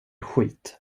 skit